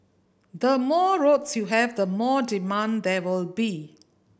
the more roads you have the more demand there will be